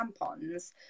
tampons